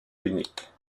unique